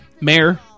Mayor